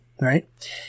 Right